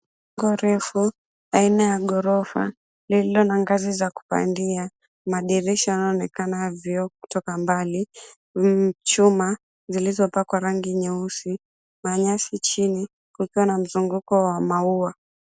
Jengo refu aina ya ghorofa lililo na ngazi za kupandia. Madirisha inaonekana na vioo kutoka mbali. Chuma zilizopakwa rangi nyeusi na nyasi chini kukiwa na mzunguko wa maua.